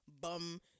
bum